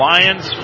Lions